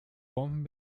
bomben